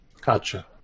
Gotcha